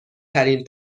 ترین